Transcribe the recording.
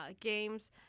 games